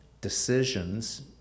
decisions